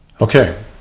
Okay